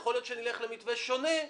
יכול להיות שנלך על מתווה שונה,